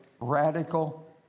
radical